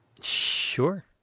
Sure